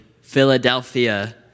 Philadelphia